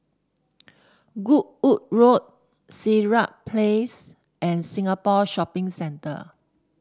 Goodwood Road Sirat Place and Singapore Shopping Centre